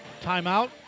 Timeout